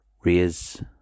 raise